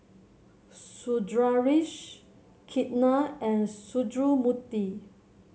Sundaresh Ketna and Sundramoorthy